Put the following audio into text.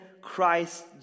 Christ